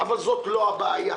אבל זאת לא הבעיה.